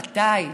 מתי?